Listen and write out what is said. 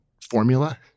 formula